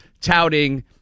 touting